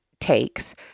takes